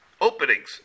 openings